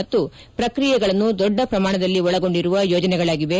ಮತ್ತು ಪ್ರಕ್ರಿಯೆಗಳನ್ನು ದೊಡ್ಡ ಪ್ರಮಾಣದಲ್ಲಿ ಒಳಗೊಂಡಿರುವ ಯೋಜನೆಗಳಾಗಿವೆ